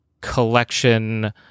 collection